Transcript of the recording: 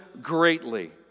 greatly